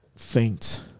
Faint